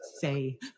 say